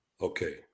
Okay